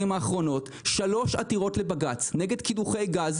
האחרונות שלוש עתירות לבג"ץ נגד קידוחי גז.